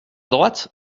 droite